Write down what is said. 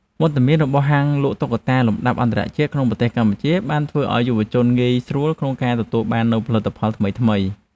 វត្តមានរបស់ហាងលក់តុក្កតាលំដាប់អន្តរជាតិនៅក្នុងប្រទេសកម្ពុជា បានធ្វើឱ្យយុវជនងាយស្រួលក្នុងការទទួលបាននូវផលិតផលថ្មីៗ។